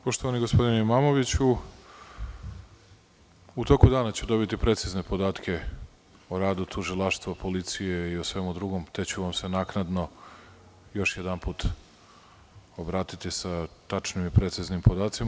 Poštovani gospodine Imamoviću, u toku dana ću dobiti precizne podatke o radu tužilaštva, policije i o svemu drugom, te ću vam se naknadno još jedanput obratiti, sa tačnim i preciznim podacima.